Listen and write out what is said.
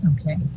Okay